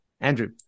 Andrew